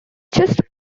just